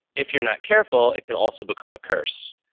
if you're not careful, it could also become a curse.